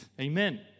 Amen